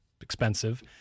expensive